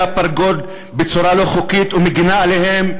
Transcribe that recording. הפרגוד בצורה לא חוקית ומגינה עליהם,